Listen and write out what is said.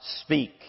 speak